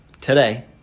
today